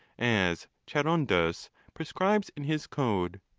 as charondas prescribes in his code.